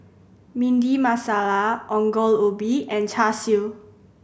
Bhindi Masala Ongol Ubi and Char Siu